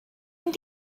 mynd